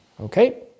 okay